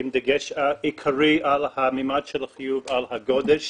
עם דגש עיקרי על הממד של החיוב על הגודש